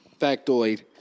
Factoid